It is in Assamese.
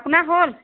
আপোনাৰ হ'ল